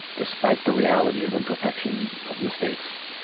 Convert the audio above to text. despite the reality of imperfection, of mistakes,